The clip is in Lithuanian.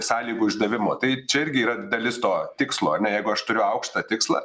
sąlygų išdavimo tai čia irgi yra dalis to tikslo jeigu aš turiu aukštą tikslą